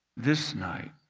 this night,